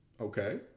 Okay